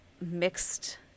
mixed